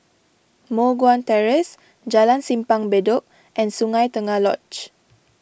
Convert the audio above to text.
Moh Guan Terrace Jalan Simpang Bedok and Sungei Tengah Lodge